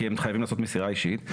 כי הם חייבים לעשות מסירה אישית,